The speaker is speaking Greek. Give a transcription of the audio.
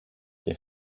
και